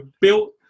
built